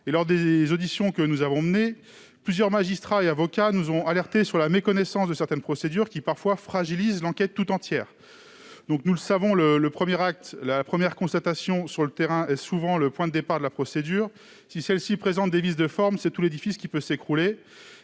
Lors des auditions que nous avons menées, plusieurs magistrats et avocats nous ont alertés sur la méconnaissance de certaines procédures, qui fragilise parfois l'enquête tout entière. Nous le savons, la première constatation sur le terrain est souvent le point de départ de la procédure. Si celle-ci présente des vices de forme, c'est tout l'édifice qui peut s'écrouler.